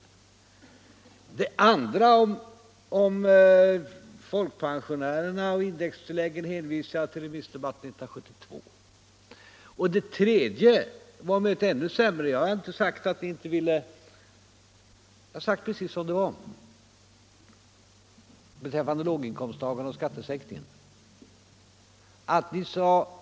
Vad gäller herr Bohmans påstående om folkpensionerna och indextilläggen hänvisar jag till remissdebatten 1972. Herr Bohmans tredje påstående var om möjligt ännu sämre. Jag har sagt precis som det var beträffande låginkomsttagarna och skattesänkningen.